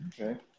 Okay